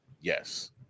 Yes